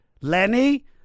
Lenny